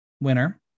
winner